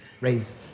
Raise